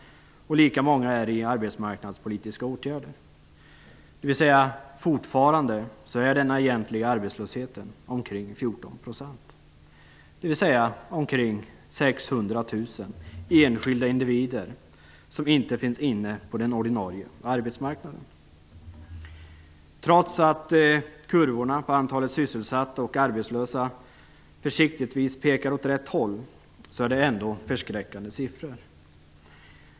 Lika många är i arbetsmarknadspolitiska åtgärder, dvs. fortfarande är den egentliga arbetslösheten omkring 14 %. Det är alltså omkring 600 000 enskilda individer som inte finns inne på den ordinarie arbetsmarknaden. Trots att kurvorna över antalet sysselsatta och arbetslösa försiktigtvis pekar åt rätt håll, är det ändå förskräckande siffror.